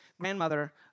grandmother